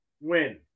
Win